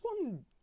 one